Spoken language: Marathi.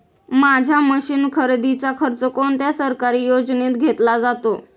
माझ्या मशीन खरेदीचा खर्च कोणत्या सरकारी योजनेत घेतला जातो?